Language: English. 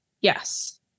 Yes